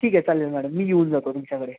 ठीक आहे चालेल मॅडम मी येऊन जातो तुमच्याकडे